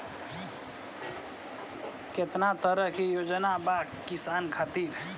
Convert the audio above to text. केतना तरह के योजना बा किसान खातिर?